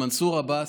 למנסור עבאס,